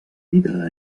vida